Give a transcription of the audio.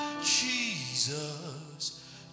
Jesus